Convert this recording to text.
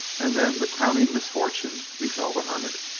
and then the crowning misfortune befell the hermit.